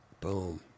boom